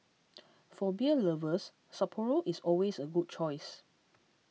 for beer lovers Sapporo is always a good choice